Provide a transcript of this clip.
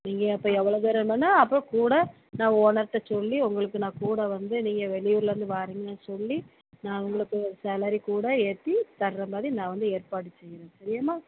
நீங்கள் அப்போ எவ்வளோ தூரம் இருந்தோடன அப்புறம் கூட நான் ஓனர்கிட்ட சொல்லி உங்களுக்கு நான் கூட வந்து நீங்கள் வெளி ஊர்லயிருந்து வாரிங்கன்னு சொல்லி நான் உங்களுக்கு சேலரி கூட ஏற்றி தர்ற மாதிரி நான் வந்து ஏற்பாடு செய்கிறேன் சரியாம்மா